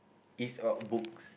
is about books